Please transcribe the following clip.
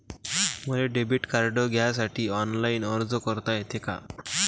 मले debit card घ्यासाठी online अर्ज करता येते का?